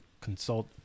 consult